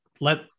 let